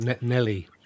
Nelly